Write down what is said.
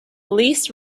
lease